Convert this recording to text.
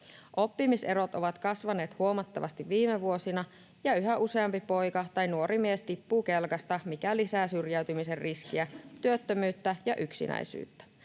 Oppimiserot ovat kasvaneet huomattavasti viime vuosina, ja yhä useampi poika tai nuori mies tippuu kelkasta, mikä lisää syrjäytymisen riskiä, työttömyyttä ja yksinäisyyttä.